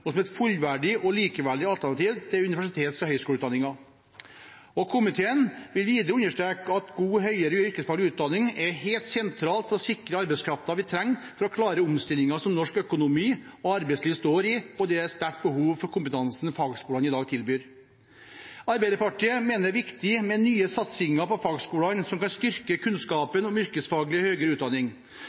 og som et fullverdig og likeverdig alternativ til universitets- og høyskoleutdanning. Komiteen vil videre understreke at god høyere yrkesfaglig utdanning er helt sentralt for å sikre arbeidskraften vi trenger for å klare omstillingen som norsk økonomi og arbeidsliv står i, og at det er et sterkt behov for kompetansen fagskolene i dag tilbyr. Arbeiderpartiet mener det er viktig med nye satsinger på fagskolene som kan styrke kunnskapen om yrkesfaglig høyere utdanning,